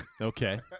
Okay